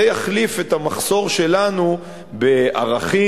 זה יחליף את המחסור שלנו בערכים,